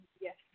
Yes